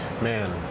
Man